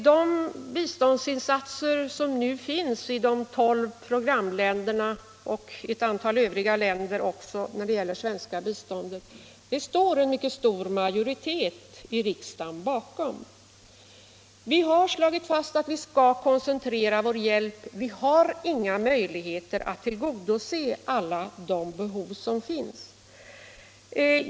Men de svenska biståndsinsatserna, som nu lämnas till tolv programländer och ett antal andra länder, står det en mycket stor majoritet av riksdagen bakom. Vi har slagit fast att vi skall koncentrera vår hjälp. Vi har inga möjligheter att tillgodose alla behov som finns.